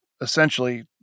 essentially